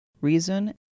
reason